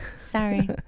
Sorry